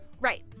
Right